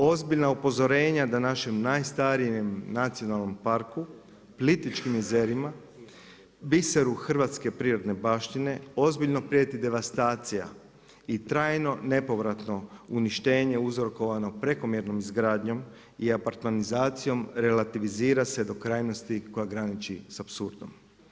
Ozbiljna upozorenja da našem najstarijem nacionalnom parku Plitvičkim jezerima, biseru hrvatske prirodne baštine ozbiljno prijeti devastacija i trajno nepovratno uništenje uzrokovano prekomjernom izgradnjom i apartmanizacijom relativizira se do krajnosti koja graniči sa apsurdom.